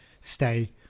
stay